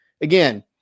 again